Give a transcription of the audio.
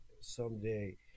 someday